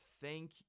thank